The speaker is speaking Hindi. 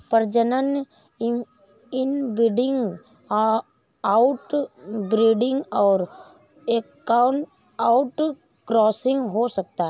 प्रजनन इनब्रीडिंग, आउटब्रीडिंग और आउटक्रॉसिंग हो सकता है